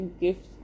gift